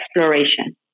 exploration